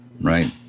Right